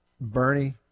Bernie